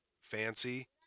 fancy